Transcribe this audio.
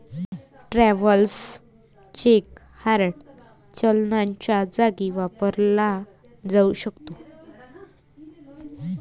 travellers cheque hard चलनाच्या जागी वापरला जाऊ शकतो